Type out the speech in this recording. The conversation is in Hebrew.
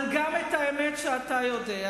אבל גם את האמת שאתה יודע,